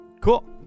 cool